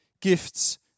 gifts